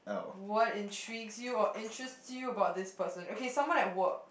what intrigues you or interests you about this person okay someone at work